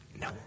No